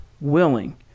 willing